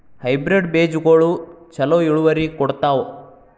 Hybrid ಬೇಜಗೊಳು ಛಲೋ ಇಳುವರಿ ಕೊಡ್ತಾವ?